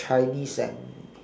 chinese and